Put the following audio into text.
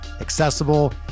accessible